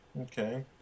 Okay